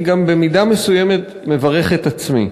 אני גם במידה מסוימת מברך את עצמי.